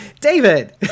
David